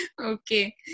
Okay